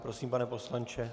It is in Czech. Prosím, pane poslanče.